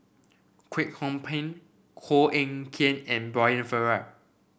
Kwek Hong Png Koh Eng Kian and Brian Farrell